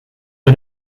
for